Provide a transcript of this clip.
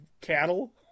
cattle